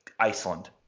Iceland